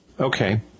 Okay